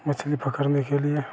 मछली पकड़ने के लिए